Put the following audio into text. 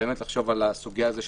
באמת לחשוב על הסוגיה הזאת,